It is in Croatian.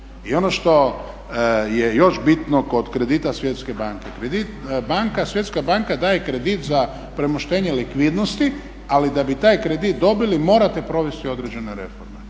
I ono što je još bitno kod kredita Svjetske banke, Svjetska banka daje kredit za premoštenje likvidnosti, ali da bi taj kredit dobili morate provesti određene reforme,